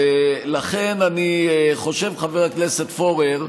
ולכן אני חושב, חבר הכנסת פורר,